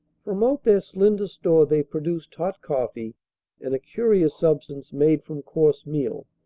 from out their slender store they produced hot coffee and a curious substance made from coarse meal,